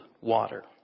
water